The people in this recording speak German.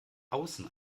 außen